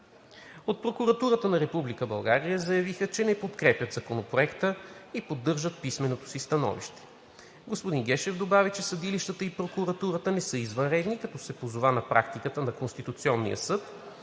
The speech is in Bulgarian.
От Прокуратурата на Република България заявиха, че не подкрепят Законопроекта и поддържат писменото си становище. Господин Гешев добави, че съдилищата и прокуратурата не са извънредни, като се позова на практиката на Конституционния съд